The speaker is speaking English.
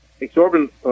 exorbitant